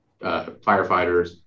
firefighters